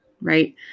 right